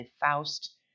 Faust